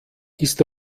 ist